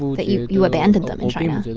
that you you abandoned them in china?